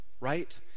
Right